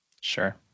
Sure